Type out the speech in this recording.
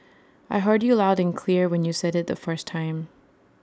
I heard you loud and clear when you said IT the first time